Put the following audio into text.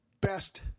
best